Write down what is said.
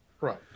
Right